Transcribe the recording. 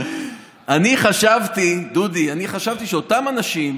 אני חשבתי, דודי, שאותם אנשים,